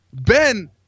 Ben